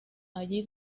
allí